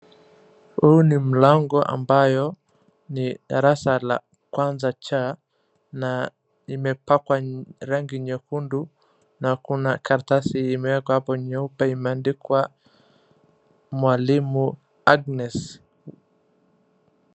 Huu ni mlango ambayo ni darasa la kwanza cha na imepakwa rangi nyekundu na kuna karatasi imeekwa hapo nyeupe imeandikwa mwalimu Agnes.